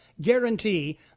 guarantee